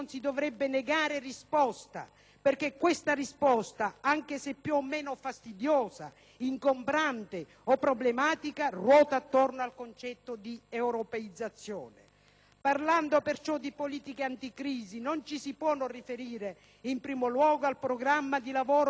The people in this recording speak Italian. risposta infatti, anche se più o meno fastidiosa, ingombrante o problematica, ruota attorno al concetto di europeizzazione. Parlando perciò di politiche anticrisi non ci si può non riferire in primo luogo al programma di lavoro della Commissione per il 2009,